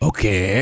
Okay